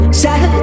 sad